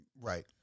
Right